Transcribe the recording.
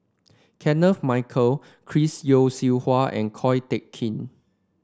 Kenneth Mitchell Chris Yeo Siew Hua and Ko Teck Kin